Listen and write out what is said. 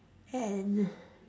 and